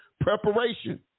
preparation